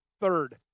third